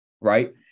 right